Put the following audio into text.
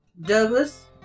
Douglas